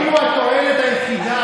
מובטלת נורבגית.